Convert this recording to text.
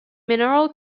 mineral